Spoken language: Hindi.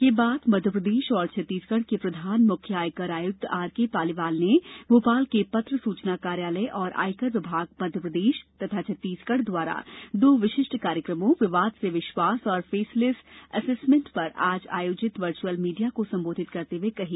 यह बात मध्य प्रदेश एवं छत्तीसगढ़ के प्रधान मुख्य आयकर आयुक्त आरके पालीवाल ने भोपाल के पत्र सूचना कार्यालय और आयकर विभाग मप्र तथा छग द्वारा दो विशिष्ट कार्यक्रमों विवाद से विश्वास और फेसलेस एसेसमेंट पर आज आयोजित वर्चुअल मीडिया को संबोधित करते हुए कही